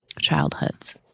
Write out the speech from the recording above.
childhoods